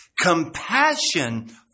compassion